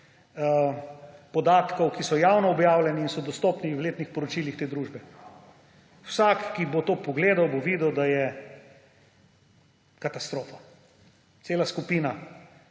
podatkov, ki so javno objavljeni in so dostopni v letnih poročilih te družbe. Vsak, ki bo to pogledal, bo videl, da je katastrofa, cela skupina.